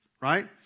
right